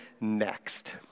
next